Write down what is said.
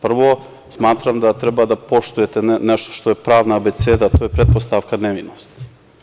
Prvo, smatram da treba da poštujete nešto što je pravna abeceda, a to je pretpostavka nevinosti.